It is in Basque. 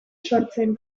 sortzen